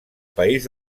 país